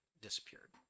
disappeared